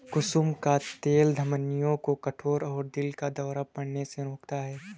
कुसुम का तेल धमनियों को कठोर और दिल का दौरा पड़ने से रोकता है